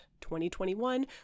2021